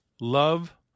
Love